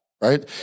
Right